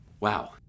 Wow